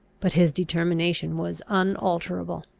but his determination was unalterable.